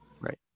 Right